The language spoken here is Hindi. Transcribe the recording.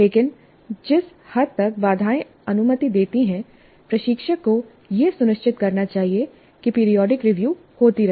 लेकिन जिस हद तक बाधाएं अनुमति देती हैं प्रशिक्षक को यह सुनिश्चित करना चाहिए कि पीरियाडिक रिव्यू होती रहे